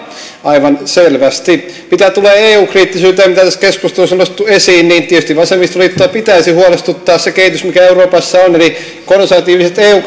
aivan selvästi mitä tulee eu kriittisyyteen mitä tässä keskustelussa on nostettu esiin niin tietysti vasemmistoliittoa pitäisi huolestuttaa se kehitys mikä euroopassa on eli konservatiiviset ja eu